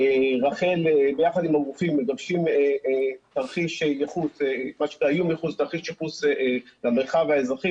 רח"ל ביחד עם הגופים מגבשים תרחיש ייחוס למרחב האזרחי.